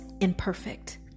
imperfect